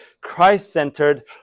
Christ-centered